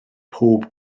pob